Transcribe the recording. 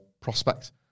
prospect